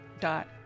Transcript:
dot